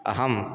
अहं